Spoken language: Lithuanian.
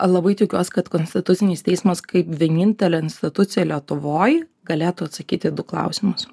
labai tikiuos kad konstitucinis teismas kaip vienintelė institucija lietuvoj galėtų atsakyt į du klausimus